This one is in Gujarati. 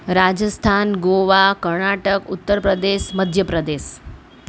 રાજસ્થાન ગોવા કર્ણાટક ઉત્તર પ્રદેશ મધ્ય પ્રદેશ